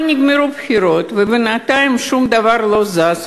אבל הבחירות נגמרו, ובינתיים שום דבר לא זז.